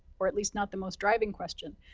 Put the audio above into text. or at least not the most driving question.